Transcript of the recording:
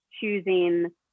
choosing